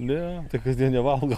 ne kasdien nevalgau